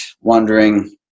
wondering